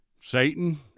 Satan